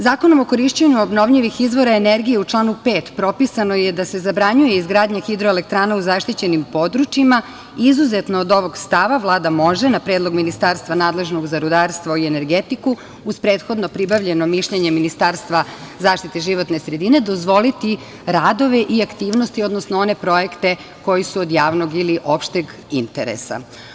Zakonom o korišćenju obnovljivih izvora energije u članu 5. propisano je da se zabranjuje izgradnja hidroelektrana u zaštićenim područjima, izuzetno od ovog stava Vlada može, na predlog ministarstva nadležnog za rudarstvo i energetiku, uz prethodno pribavljeno mišljenje Ministarstva zaštite životne sredine, dozvoliti radove i aktivnosti, odnosno one projekte koji su od javnog ili opšteg interesa.